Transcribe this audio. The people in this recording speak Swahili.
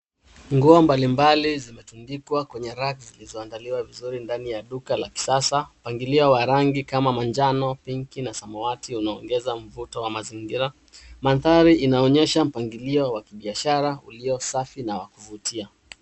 Nguo mbalimbali zimetundikwa kwenye racks zilizoandaliwa vizuri ndani ya duka la kisasa . Mpangilio wa rangi kama manjano , pinki, na samawati unaongeza mvuto wa mazingira . Mandhari unaonyesha mpangilio wa kibiashara ulio safi na wa kuvutia.